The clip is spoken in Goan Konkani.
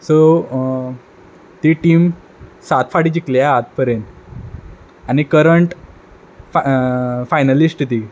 सो ती टीम सात फाटीं जिकले आ आत पर्यन आनी करंट फा फायनलिश्ट ती